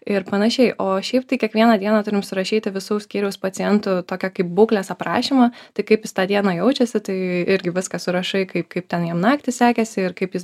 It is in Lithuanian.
ir panašiai o šiaip tai kiekvieną dieną turim surašyti visų skyriaus pacientų tokią kaip būklės aprašymą tai kaip jis tą dieną jaučiasi tai irgi viską surašai kaip kaip ten jam naktį sekėsi ir kaip jis